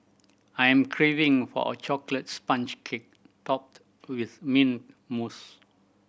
I am craving for a chocolate sponge cake topped with mint mousse